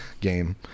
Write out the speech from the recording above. game